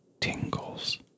tingles